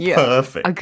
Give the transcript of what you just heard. perfect